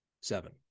Seven